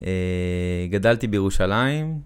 גדלתי בירושלים.